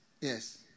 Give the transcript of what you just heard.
Yes